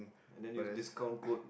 and then use discount code